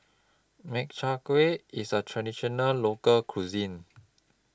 Makchang Gui IS A Traditional Local Cuisine